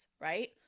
right